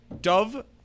Dove